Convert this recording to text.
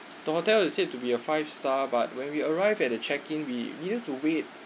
the hotel is said to be a five star but when we arrived at the check in we needed to wait